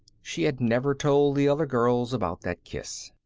she had never told the other girls about that kiss.